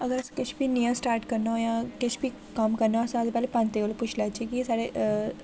अगर अस किश बी नेआं स्टार्ट करना जां फ्ही किश बी कम्म करना होऐ अस आखदे कि पैह्लें पंत कोला पुच्छी लेचै कि साढ़े